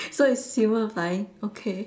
so it's human flying okay